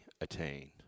attained